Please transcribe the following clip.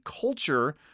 culture